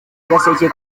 gaseke